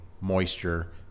moisture